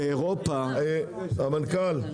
המנכ"ל,